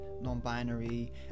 non-binary